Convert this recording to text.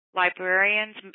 librarians